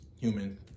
human